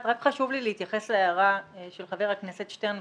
רק חשוב לי להתייחס להערה של חבר הכנסת שטרן,